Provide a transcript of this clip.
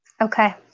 Okay